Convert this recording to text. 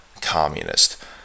communist